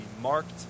marked